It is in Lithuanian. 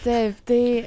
taip tai